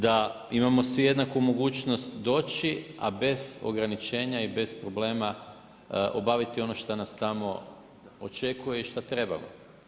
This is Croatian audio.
Da imamo svi jednaku mogućnost doći a bez ograničenja i bez problema obaviti ono što nas tamo očekuje i šta trebamo.